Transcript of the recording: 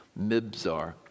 Mibzar